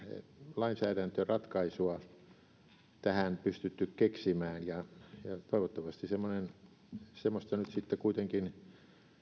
lainsäädäntöratkaisua pystytty keksimään ja toivottavasti semmoista nyt sitten kuitenkin